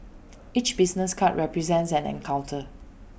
each business card represents an encounter